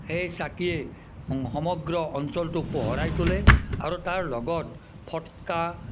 সেই চাকিয়ে সমগ্ৰ অঞ্চলটোক পোহৰাই তোলে আৰু তাৰ লগত ফটকা